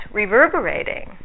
reverberating